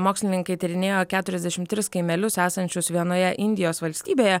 mokslininkai tyrinėjo keturiasdešim tris kaimelius esančius vienoje indijos valstybėje